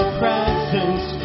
presence